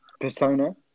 Persona